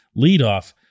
leadoff